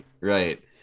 Right